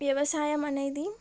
వ్యవసాయం అనేది